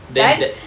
dan